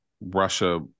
Russia